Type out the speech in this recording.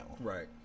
Right